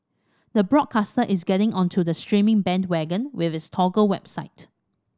the broadcaster is getting onto the streaming bandwagon with its Toggle website